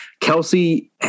Kelsey